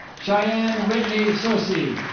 cheyenne whitney searsey